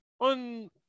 on